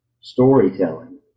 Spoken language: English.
storytelling